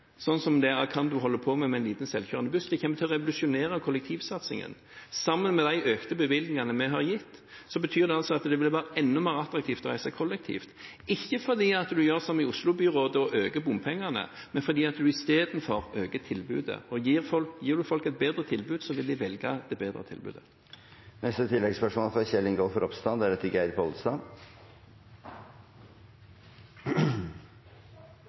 sånn som det Acando holder på med med en liten, selvkjørende buss – kommer til å revolusjonere kollektivsatsingen. Sammen med de økte bevilgningene vi har gitt, betyr det at det vil være enda mer attraktivt å reise kollektivt, ikke fordi en gjør som Oslo-byrådet og øker bompengene, men fordi en istedenfor øker tilbudet. Gir en folk et bedre tilbud, så vil de velge det bedre tilbudet. Kjell Ingolf Ropstad – til oppfølgingsspørsmål. I likhet med statsråden er